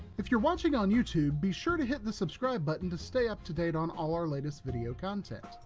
if you're watching on youtube, be sure to hit the subscribe button to stay up to date on all our latest video content.